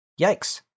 Yikes